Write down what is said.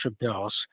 bills